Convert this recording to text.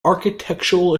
architectural